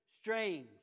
strange